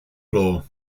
floor